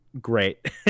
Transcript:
Great